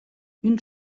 une